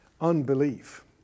Unbelief